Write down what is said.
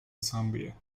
zambia